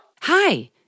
Hi